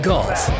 Golf